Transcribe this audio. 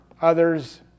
others